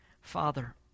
Father